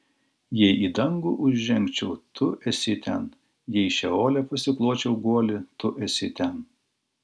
jei į dangų užžengčiau tu esi ten jei šeole pasikločiau guolį tu esi ten